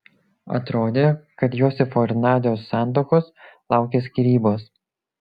atrodė kad josifo ir nadios santuokos laukia skyrybos